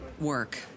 work